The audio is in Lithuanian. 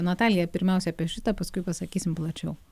natalija pirmiausia apie šitą paskui pasakysim plačiau